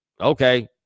okay